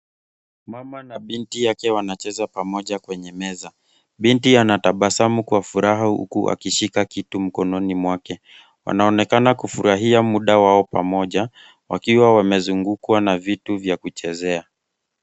Mama na binti yake wanacheza pamoja kwenye meza. Binti anatabasamu kwa furaha huku akishika kitu mkononi mwake. Wanaonekana kufurahia muda wao pamoja, wakiwa wamezungukwa na vitu vya kuchezea.